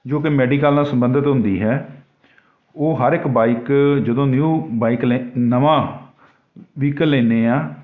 ਜੋ ਕਿ ਮੈਡੀਕਲ ਨਾਲ ਸੰਬੰਧਿਤ ਹੁੰਦੀ ਹੈ ਉਹ ਹਰ ਇੱਕ ਬਾਈਕ ਜਦੋਂ ਨਿਊ ਬਾਈਕ ਨਵਾਂ ਵਹੀਕਲ ਲੈਂਦੇ ਹਾਂ